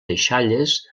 deixalles